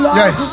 yes